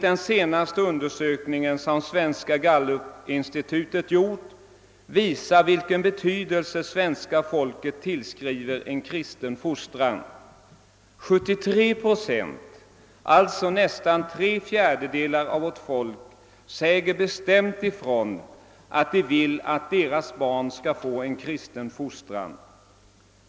Den senaste undersökningen som Svenska gallupinstitutet gjort visar vilken betydelse svenska folket tillskriver en kristen fostran — 73 procent, alltså nästan tre fjärdedelar av vårt folk, säger bestämt ifrån att de vill att deras barn skall få en kristen fostran.